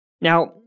Now